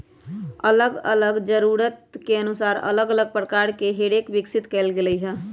अल्लग अल्लग जरूरत के अनुसार अल्लग अल्लग प्रकार के हे रेक विकसित कएल गेल हइ